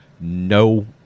No